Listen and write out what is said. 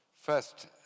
first